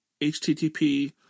http